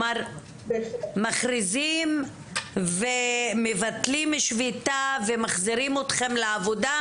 מכריזים ומבטלים שביתה ומחזירים אתכם לעבודה,